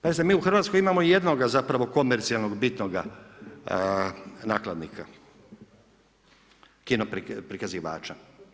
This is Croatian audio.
Pazite, mi u Hrvatskoj imamo jednoga zapravo komercijalnog bitnog nakladnika kinoprikazivača.